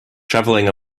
traveling